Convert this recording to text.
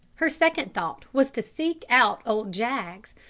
her second thought was to seek out old jaggs,